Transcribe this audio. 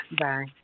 Bye